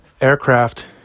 aircraft